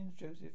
Joseph